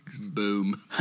Boom